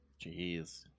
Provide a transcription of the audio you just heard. Jeez